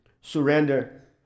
surrender